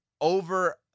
over